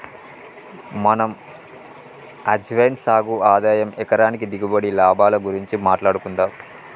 మనం అజ్వైన్ సాగు ఆదాయం ఎకరానికి దిగుబడి, లాభాల గురించి మాట్లాడుకుందం